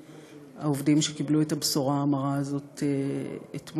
העובדים שקיבלו את הבשורה המרה הזאת אתמול,